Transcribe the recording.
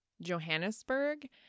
Johannesburg